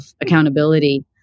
accountability